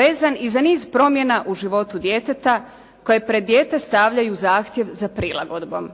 vezan i za niz promjena u životu djeteta koje pred dijete stavljaju zahtjev za prilagodbom.